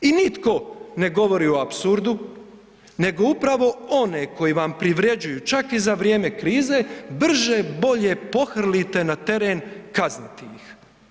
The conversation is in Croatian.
I nitko ne govori o apsurdu nego upravo one koji vam privrjeđuju čak i za vrijeme krize, brže bolje pohrlite na teren kazniti ih.